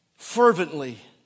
fervently